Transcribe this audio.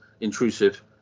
intrusive